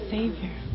Savior